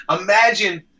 Imagine